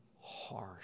harsh